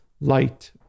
light